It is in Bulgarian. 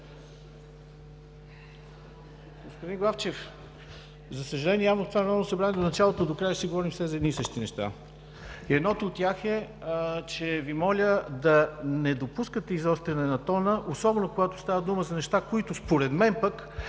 Господин Главчев, за съжаление, явно в това Народно събрание от началото до края ще си говорим все за едни и същи неща и едното от тях е, че Ви моля да не допускате изостряне на тона, особено когато става дума за неща, които според мен пък